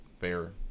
fair